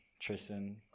Tristan